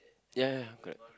ya ya correct